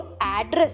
address